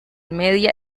media